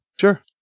Sure